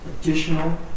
additional